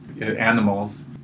Animals